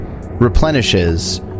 replenishes